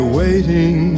waiting